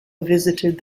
visited